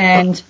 and